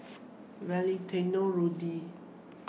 Valentino Rudy